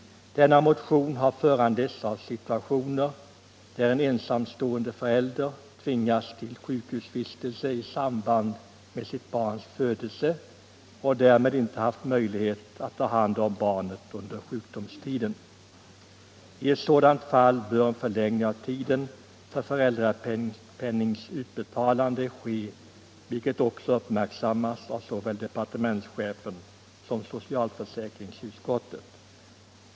Denna motion har föranletts av situationer, där en ensamstående förälder tvingas till sjukhusvistelse i samband med sitt barns födelse och därmed inte haft möjlighet att ta hand om barnet under sjukdomstiden. I ett sådant fall bör en förlängning av tiden för föräldrapennings utbetalande ske, vilket också uppmärksammats av såväl departementschefen som socialförsäkringsutskottet.